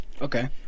Okay